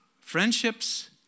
Friendships